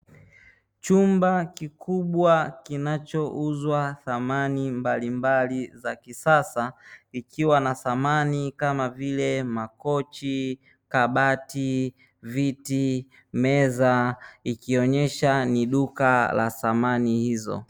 Chumba kikubwa kinacho uzwa samani mbalimbali za kisasa kikiwa na samani kama vile makochi, kabati, viti meza ikionesha ni duka la samani hizo.